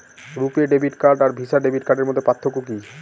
রূপে debit card আর Visa debit কার্ডের মধ্যে পার্থক্য কি?